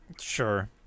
Sure